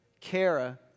Kara